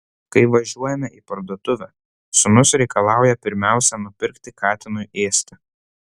kai važiuojame į parduotuvę sūnus reikalauja pirmiausia nupirkti katinui ėsti